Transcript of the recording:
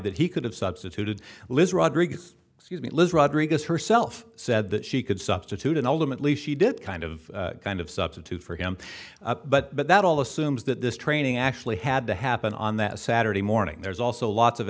that he could have substituted liz rodriguez excuse me liz rodriguez herself said that she could substitute and ultimately she did kind of kind of substitute for him but that all assumes that this training actually had to happen on that saturday morning there's also lots of